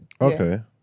Okay